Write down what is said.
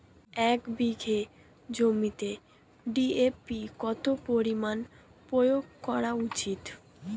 এক বিঘে জমিতে ডি.এ.পি কত পরিমাণ প্রয়োগ করা উচিৎ?